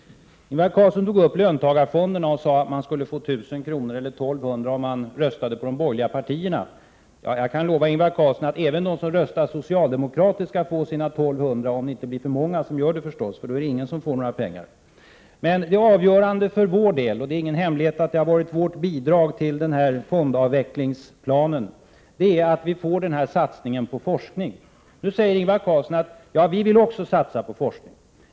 Ingvar Carlsson tog upp löntagarfonderna och sade att människor skulle få 1 000 eller 1 200 kr. om de röstade på de borgerliga partierna. Jag kan lova Ingvar Carlsson att även de som röstar socialdemokratiskt kommer att få sina 1 200 kr. — om det inte blir för många som gör det, för då får ingen några pengar. Det avgörande för vår del — det är ingen hemlighet att det har varit vårt bidrag till fondavvecklingsplanen — är att vi får en satsning på forskning. Ingvar Carlsson säger nu: Vi vill också satsa på forskning.